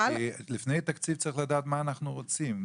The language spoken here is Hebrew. לפני תקציב אנחנו צריכים לדעת מה אנחנו רוצים,